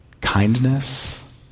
kindness